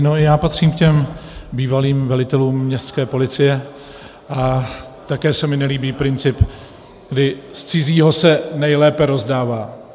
No, já patřím k těm bývalým velitelům městské policie a také se mi nelíbí princip, kdy z cizího se nejlépe rozdává.